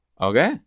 Okay